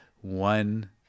one